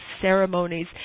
ceremonies